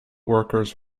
workers